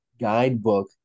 guidebook